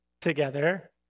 together